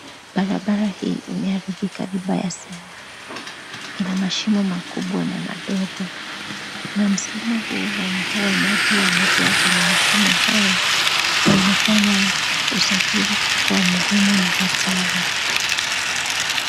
Barabara hii imeharibika vibaya sana ina mashimo makubwa na madogo na msimu huu wa mvua, maji yamejaa kwenye mashimo haya na inafanya usafiri kukuwa mgumu na hatari.